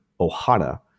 Ohana